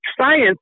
Science